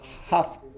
half